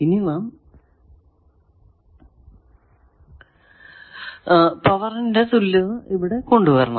ഇനി നാം പവറിന്റെ തുല്യത ഇവിടെ കൊണ്ടുവരണം